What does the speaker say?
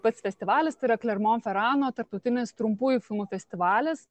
pats festivalis tai yra klermomferano tarptautinis trumpųjų filmų festivalis